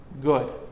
Good